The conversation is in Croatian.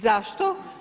Zašto?